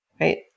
right